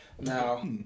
now